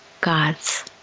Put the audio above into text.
God's